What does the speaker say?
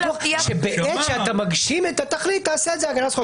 כתוב שבעת שאתה מגשים את התכלית תעשה את זה עם הגנה על הזכויות.